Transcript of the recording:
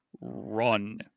run